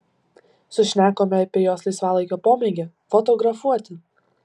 sušnekome apie jos laisvalaikio pomėgį fotografuoti